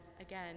again